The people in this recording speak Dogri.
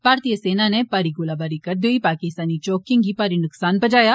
भारतीय सेना नै भारी गोलीबारी करदे होई पाकिस्तानी चौकिएं गी भारी नुक्सान पुजाया